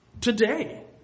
today